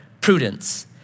prudence